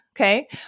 Okay